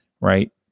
right